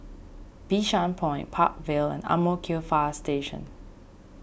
Bishan Point Park Vale and Ang Mo Kio Fire Station